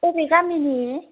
अबे गामिनि